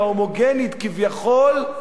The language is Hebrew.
ההומוגנית כביכול,